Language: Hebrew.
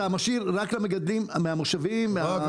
אז אתה משאיר רק למגדלים מהמושבים, מהזה.